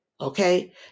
okay